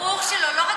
ברור שלא.